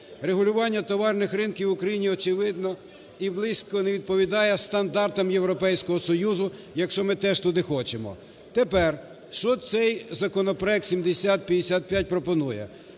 Регулювання товарних ринків в Україні очевидно і близько не відповідає стандартам Європейського Союзу, якщо ми теж туди хочемо. Тепер, що цей законопроект 7055 пропонує.